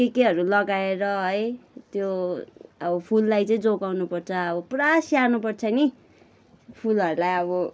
के केहरू लगाएर है त्यो अब फुललाई चाहिँ जोगाउनु पर्छ आब पुरा स्याहार्नु पर्छ नि फुलहरूलाई अब